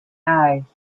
eyes